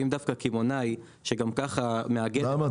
אם דווקא קמעונאי שגם ככה מאגד --- למה?